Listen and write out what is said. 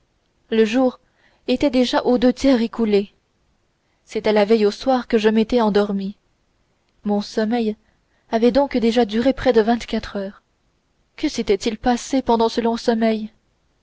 le jour était déjà aux deux tiers écoulé c'était la veille au soir que je m'étais endormie mon sommeil avait donc déjà duré près de vingt-quatre heures que s'était-il passé pendant ce long sommeil